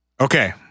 Okay